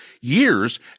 years